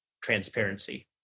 transparency